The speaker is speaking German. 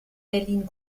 berlin